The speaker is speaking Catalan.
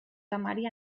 temari